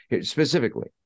Specifically